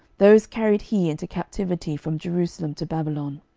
those carried he into captivity from jerusalem to babylon.